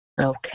Okay